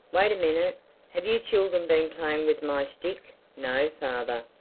wait a minute have you children been playing with my stick? no, father!